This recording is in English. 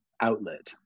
outlet